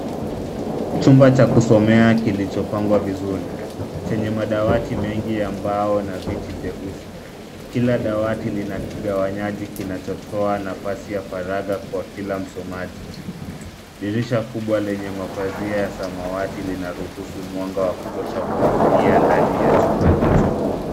Chumba cha kusomea kilichopangwa vizuri chenye madawati mengi ya mbao na viti jeusi. Kila dawati lina kigawanyaji kinachotoa nafasi ya faraga kwa kila msomaji. Dirisha kubwa lenye mapazia ya samawati linaruhusu mwanga wa kutosha kuingia ndani ya chumba hicho.